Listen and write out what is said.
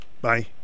Bye